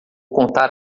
contar